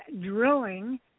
Drilling